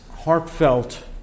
heartfelt